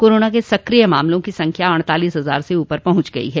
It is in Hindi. कोरोना के सक्रिय मामलों की संख्या अड़तालीस हजार से ऊपर पहुंच गई है